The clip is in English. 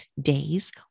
days